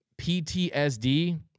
PTSD